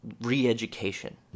re-education